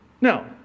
Now